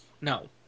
No